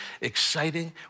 exciting